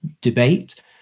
debate